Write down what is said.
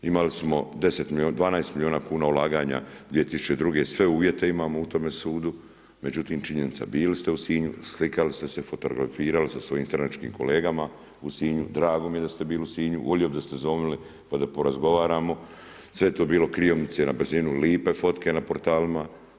Imali smo 12 milijuna kn ulaganja 2002. sve uvjete imamo u tome sudu, međutim, činjenica, bili ste u Sinju, slikali ste se, fotografirali sa svojim stranačkim kolegama u Sinju, drago mi je da ste bili u Sinju, volio bi da ste zvonili, pa da porazgovaramo, sve je to bilo kriomice i na brzinu, lipe fotke na portalima.